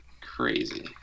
crazy